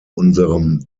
unserem